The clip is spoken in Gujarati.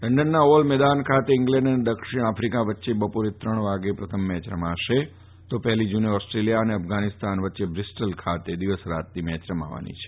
લંડનના ઓવલ મેદાન ખાતે ઈંગ્લેન્ડ અને દક્ષિણ આફિકા વચ્ચે બપોરે ત્રણ વાગે પ્રથમ મેચ રમાશે પહેલી જ્રને ઓસ્ટ્રેલિયા અને અફધાનિસ્તાન વચ્ચે બ્રિસ્ટલ ખાતે દિવસ રાતની મેચ રમાવાની છે